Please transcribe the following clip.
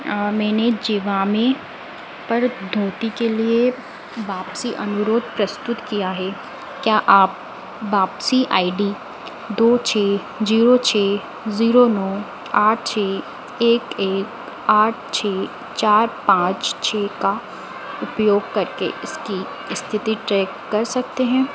मैंने जिवामे पर धोती के लिए वापसी अनुरोध प्रस्तुत किया है क्या आप वापसी आई डी दो छः जीरो छः जीरो नौ आठ छः एक एक आठ छः चार पाँच छः का उपयोग करके इसकी स्थिति ट्रैक कर सकते हैं